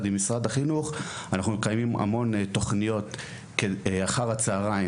עם משרד החינוך אנחנו מקיימים הרבה מאוד תכניות אחר הצהריים